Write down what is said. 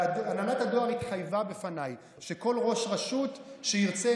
והנהלת הדואר התחייבה בפניי שכל ראש רשות שירצה,